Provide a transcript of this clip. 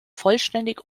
vollständig